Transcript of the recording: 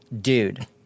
dude